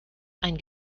ein